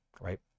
right